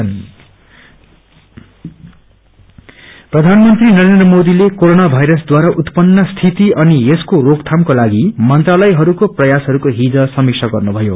corona PM प्रधानमन्त्री नरेन्द्र मोदीलेकोरोना वायरसद्वारा उत्पन्न स्थित अनि यसको रोकथामको लागि मंत्रालयहरूको प्रयासहरूको हिज समीक्षा गर्नु भयो